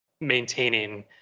maintaining